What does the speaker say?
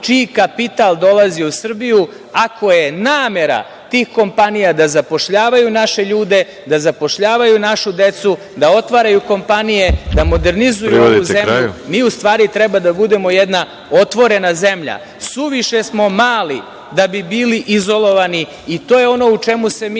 čiji kapital dolazi u Srbiju ako je namera tih kompanija da zapošljavaju naše ljude, da zapošljavaju našu decu, da otvaraju kompanije, da modernizuju zemlju. Mi u stvari treba da budemo jedna otvorena zemlja. Suviše smo mali da bi bili izolovani. To je ono u čemu se mi